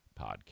podcast